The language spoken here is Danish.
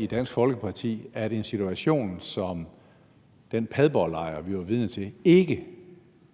i Dansk Folkeparti er optaget af, at en situation som den Padborglejr, vi var vidne til, ikke sker